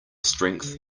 strength